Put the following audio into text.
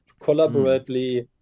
collaboratively